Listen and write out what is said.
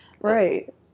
Right